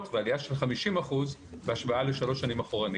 ועלייה של 50% בהשוואה לשלוש שנים אחורה.